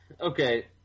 Okay